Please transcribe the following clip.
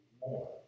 more